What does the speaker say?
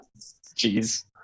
jeez